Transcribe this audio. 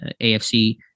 AFC